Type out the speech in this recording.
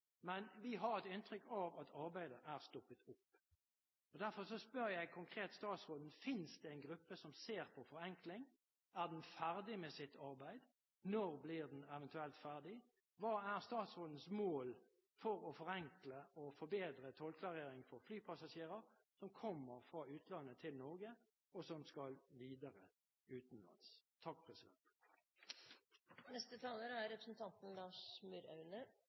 men vi har inntrykk av at arbeidet har stoppet opp. Derfor ber jeg statsråden svare konkret på om det finnes en gruppe som ser på forenkling, om den er ferdig med sitt arbeid, når den eventuelt blir ferdig, og hva som er statsrådens plan for å forenkle og forbedre tollklarering for flypassasjerer som kommer fra utlandet til Norge, og som skal videre utenlands.